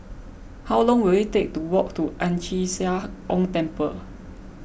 how long will it take to walk to Ang Chee Sia Ong Temple